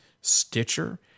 Stitcher